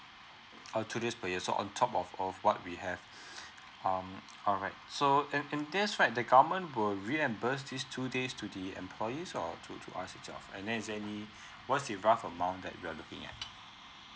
oh two days per year so on top of of what we have um alright and and that's right the government will reimburse these two days to the employees or to to us itself and then is there any what's the rough amount that we are looking at